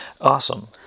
Awesome